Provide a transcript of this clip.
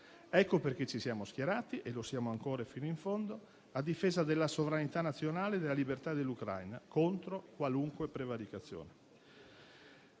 Ecco perché ci siamo schierati - e lo siamo ancora fino in fondo - a difesa della sovranità nazionale e della libertà dell'Ucraina, contro qualunque prevaricazione.